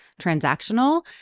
transactional